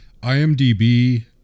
IMDb